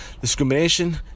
discrimination